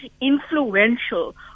influential